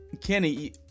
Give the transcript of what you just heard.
Kenny